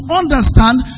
understand